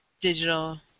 digital